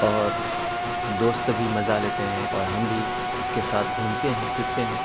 اور دوست بھی مزہ لیتے ہیں اور ہم بھی اس کے ساتھ گھومتے ہیں پھرتے ہیں